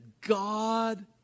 God